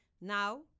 Now